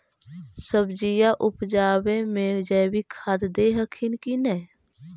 सब्जिया उपजाबे मे जैवीक खाद दे हखिन की नैय?